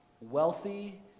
wealthy